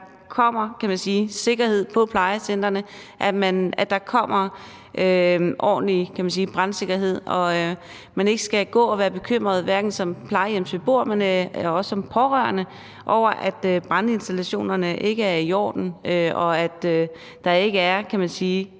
at der kommer sikkerhed på plejecentrene, at der kommer ordentlig brandsikkerhed, så man ikke skal gå og være bekymret, hverken som plejehjemsbeboer eller som pårørende, over, at brandinstallationerne ikke er i orden. Altså, kommunerne